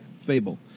Fable